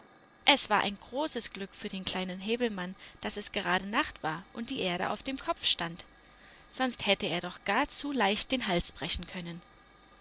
es war ein großes glück für den kleinen häwelmann daß es gerade nacht war und die erde auf dem kopf stand sonst hätte er doch gar zu leicht den hals brechen können